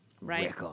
right